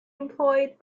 employed